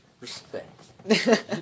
Respect